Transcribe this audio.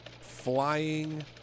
flying